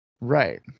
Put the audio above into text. Right